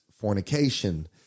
fornication